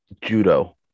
judo